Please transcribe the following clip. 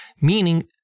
meaning